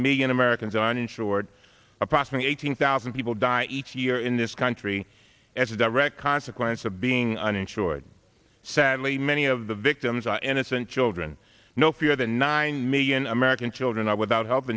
million americans are uninsured approximately eighteen thousand people die each year in this country as a direct consequence of being uninsured sadly many of the victims are innocent children no fewer than nine million american children are without health